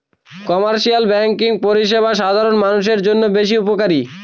commercial banking পরিষেবা সাধারণ মানুষের জন্য বেশ উপকারী